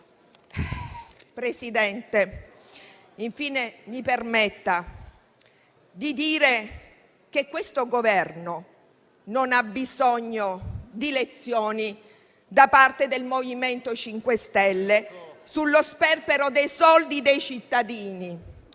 Infine, mi permetta di dire che questo Governo non ha bisogno di lezioni da parte del MoVimento 5 Stelle sullo sperpero dei soldi dei cittadini.